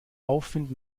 aufwind